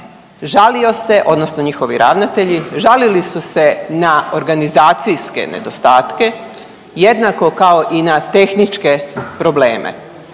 žalio se, odnosno njihovi ravnatelji žalili su se na organizacijske nedostatke jednako kao i na tehničke probleme.